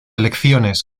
elecciones